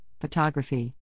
photography